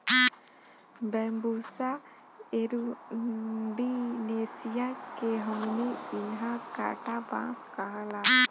Bambusa एरुण्डीनेसीया के हमनी इन्हा कांटा बांस कहाला